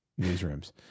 newsrooms